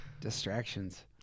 Distractions